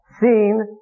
seen